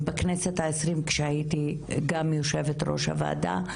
בכנסת ה-20 כשהייתי גם יושבת ראש הוועדה,